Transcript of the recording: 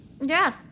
Yes